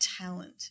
talent